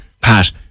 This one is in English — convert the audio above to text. Pat